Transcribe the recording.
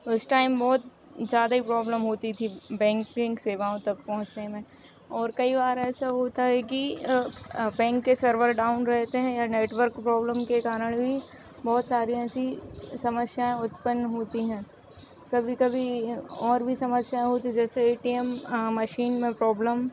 उस टाइम बहुत ज़्यादा ही प्रॉब्लम होती थी बैंकिन्ग सेवाओं तक पहुँचने में और कई बार ऐसा होता है कि बैंक के सर्वर डाउन रहते हैं या नेटवर्क प्रॉब्लम के कारण भी बहुत सारी ऐसी समस्याएँ उत्पन्न होती हैं कभी कभी और भी समस्या होती हैं जैसे ए टी एम मशीन में प्रॉब्लम